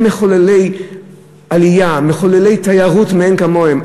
הם מחוללי עלייה, מחוללי תיירות, מאין כמוהם.